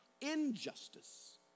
injustice